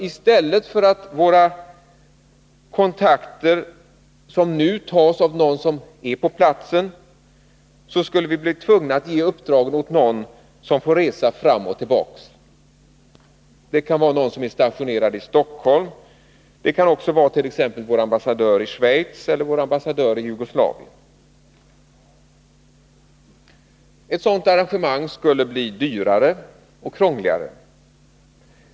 I stället för att våra kontakter tas, som nu, av någon som är på platsen, skulle vi bli tvungna att ge uppdraget åt någon som får resa fram och tillbaka. Det kan vara någon som är stationerad i Stockholm, och det kan också vara t.ex. vår ambassadör i Schweiz eller vår ambassadör i Jugoslavien. Ett sådant arrangemang skulle bli dyrare och krångligare.